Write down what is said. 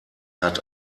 hat